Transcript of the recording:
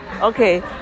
Okay